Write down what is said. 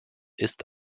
ist